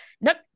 Nope